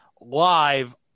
live